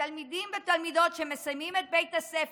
שהתלמידים והתלמידות שמסיימים את בית הספר,